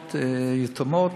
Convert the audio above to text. תרופות יתומות,